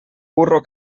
burro